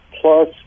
plus